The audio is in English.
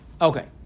Okay